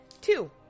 Two